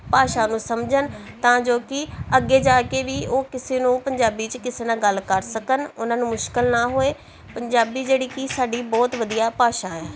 ਭਾਸ਼ਾ ਨੂੰ ਸਮਝਣ ਤਾਂ ਜੋ ਕਿ ਅੱਗੇ ਜਾ ਕੇ ਵੀ ਉਹ ਕਿਸੇ ਨੂੰ ਪੰਜਾਬੀ 'ਚ ਕਿਸੇ ਨਾਲ ਗੱਲ ਕਰ ਸਕਣ ਉਹਨਾਂ ਨੂੰ ਮੁਸ਼ਕਲ ਨਾ ਹੋਏ ਪੰਜਾਬੀ ਜਿਹੜੀ ਕਿ ਸਾਡੀ ਬਹੁਤ ਵਧੀਆ ਭਾਸ਼ਾ ਹੈ